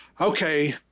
okay